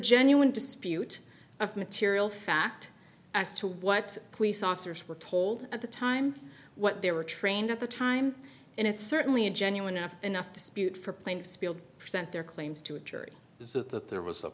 genuine dispute of material fact as to what police officers were told at the time what they were trained at the time and it's certainly a genuine after enough dispute for plaintiffs spilled present their claims to a jury so that there was a